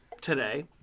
today